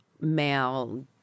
male